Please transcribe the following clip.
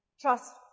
Trust